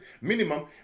minimum